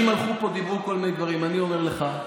הוא בן אדם ערכי.